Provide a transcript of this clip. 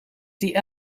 die